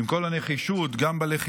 עם כל הנחישות, גם בלחימה,